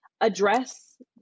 address